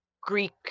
Greek